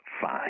fine